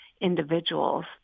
individuals